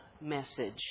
message